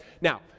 Now